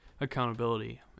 accountability